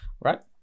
Right